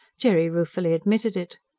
jerry ruefully admitted it.